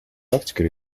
практикой